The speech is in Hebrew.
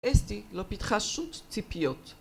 אסתי, לא פתחה שום ציפיות